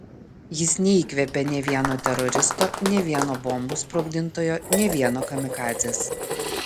jis neįkvepia nė vieno teroristo nė vieno bombų sprogdintojo nė vieno kamikadzės